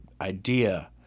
idea